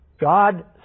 God